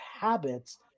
habits